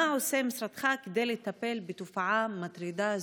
7. מה עושה משרדך כדי לטפל בתופעה מטרידה זו?